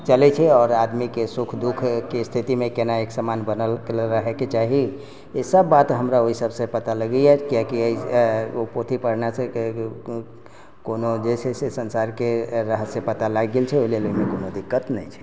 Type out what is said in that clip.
चलै छै आओर आदमीके सुख दुखके स्थितिमे केना एक समान बनलके रहैके चाही ई सभ बात हमरा ओइ सभसँ पता लगैए किएक कि अइ ओ पोथी पढ़नासँ कोनो जे छै से संसारके रहस्य पता लागि गेल छै ओइ लेल नहि कुनो दिक्कत नहि छै